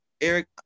Eric